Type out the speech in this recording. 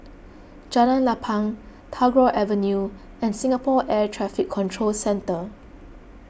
Jalan Lapang Tagore Avenue and Singapore Air Traffic Control Centre